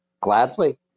Gladly